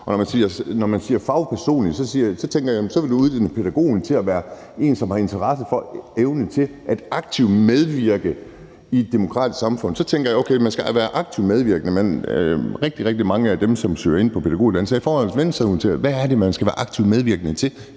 Og når man siger »fagpersonlig«, og man vil uddanne pædagogen til være en, som har interesse for og evnen til aktivt at medvirke i et demokratisk samfund, så tænker jeg, at okay, man skal være aktivt medvirkende. Men rigtig, rigtig mange af dem, som søger ind på pædagoguddannelsen, er i forvejen venstreorienterede. Hvad er det, man skal være aktivt medvirkende til?